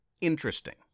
interesting